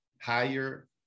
higher